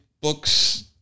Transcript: books